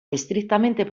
estrictamente